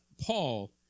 Paul